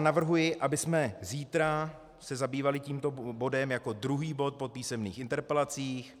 Navrhuji, abychom se zítra zabývali tímto bodem jako druhý bod po písemných interpelacích.